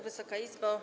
Wysoka Izbo!